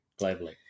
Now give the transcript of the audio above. globally